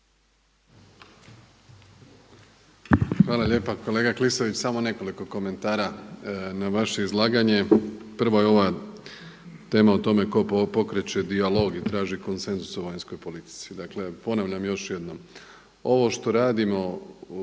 Hvala lijepa kolega Klisović. Samo nekoliko komentara na vaše izlaganje. Prvo je ova tema o tome tko pokreće dijalog i traži konsenzus o vanjskoj politici. Dakle, ponavljam još jednom ovo što radimo